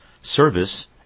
Service